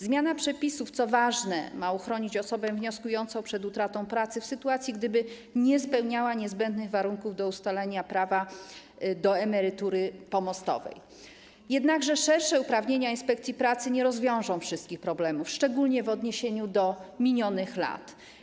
Zmiana przepisów, co ważne, ma uchronić osobę wnioskującą przed utratą pracy w sytuacji, gdyby nie spełniała niezbędnych warunków do ustalenia prawa do emerytury pomostowej, jednakże szersze uprawnienia inspekcji pracy nie rozwiążą wszystkich problemów, szczególnie w odniesieniu do minionych lat.